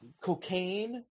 cocaine